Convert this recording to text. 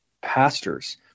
pastors